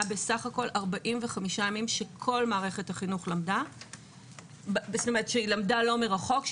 היה בסך הכול 45 ימים שכל מערכת החינוך למדה לא מרחוק,